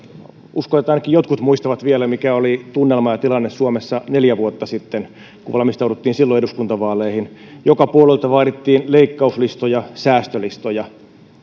uskon että ainakin jotkut muistavat vielä mikä oli tunnelma ja tilanne suomessa neljä vuotta sitten kun valmistauduttiin silloin eduskuntavaaleihin joka puolueelta vaadittiin leikkauslistoja säästölistoja